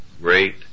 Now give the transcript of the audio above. great